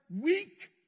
weak